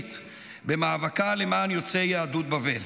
הישראלית במאבקה למען יוצאי יהדות בבל,